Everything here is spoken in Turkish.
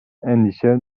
endişe